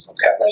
Okay